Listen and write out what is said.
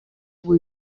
vull